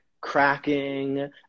cracking